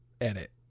edit